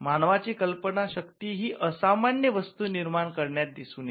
मानवाची कल्पना शक्ती ही असामान्य वस्तू निर्माण करण्यात दिसून येते